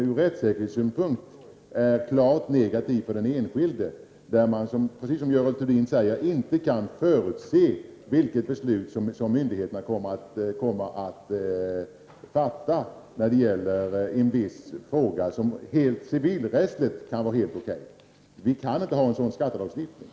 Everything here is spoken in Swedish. Ur rättssäkerhetssynpunkt är den klart negativ för den enskilde. Det går ju inte, precis som Görel Thurdin säger, att förutse vilket beslut myndigheterna kommer att fatta i en viss fråga — civilrättsligt — Prot. 1989/90:109 kan det vara helt okej. Men vi kan inte ha en sådan skattelagstiftning.